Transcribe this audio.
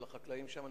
על החקלאים שם,